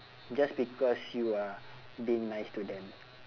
just because you are being nice to them